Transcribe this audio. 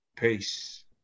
Peace